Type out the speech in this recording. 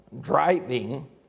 driving